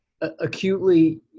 Acutely